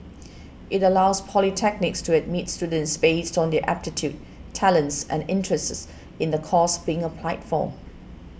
it allows polytechnics to admit students based on their aptitude talents and interests in the course being applied for